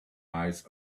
eyes